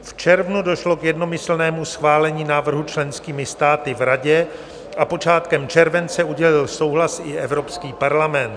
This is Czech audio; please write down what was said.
V červnu došlo k jednomyslnému schválení návrhu členskými státy v Radě a počátkem července udělil souhlas i Evropský parlament.